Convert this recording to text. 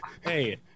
Hey